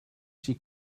she